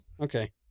Okay